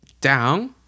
down